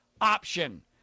option